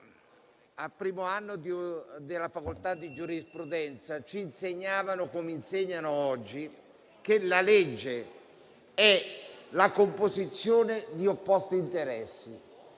al primo anno della facoltà di giurisprudenza ci insegnavano, come insegnano oggi, che la legge è la composizione di opposti interessi